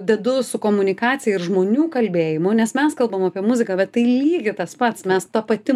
dedu su komunikacija ir žmonių kalbėjimu nes mes kalbam apie muziką bet tai lygiai tas pats mes ta pati